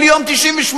כל יום 98?